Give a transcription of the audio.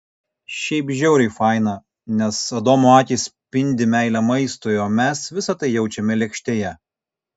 šiaip žiauriai faina nes adomo akys spindi meile maistui o mes visa tai jaučiame lėkštėje